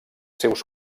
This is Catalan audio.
seus